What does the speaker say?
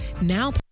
Now